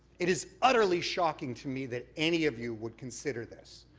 it is utterly shocking to me that any of you would consider this.